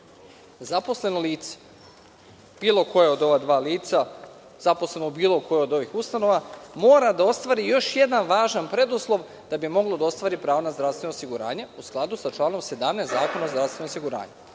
zaposleno lice, bilo koje od ova dva lica, zaposleno u bilo kojoj od ovih ustanova, mora da ostvari još jedan važan preduslov da bi moglo da ostvari pravo na zdravstveno osiguranje, u skladu sa članom 17. Zakona o zdravstvenom osiguranju,